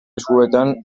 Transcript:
eskuetan